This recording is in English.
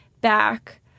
back